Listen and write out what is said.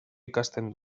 ikasten